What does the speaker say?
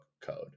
code